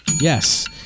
Yes